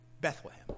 Bethlehem